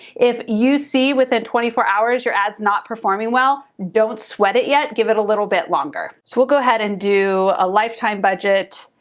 if you see within twenty four hours your ads not performing well, don't sweat it yet, give it a little bit longer. so we'll go ahead and do a lifetime budget.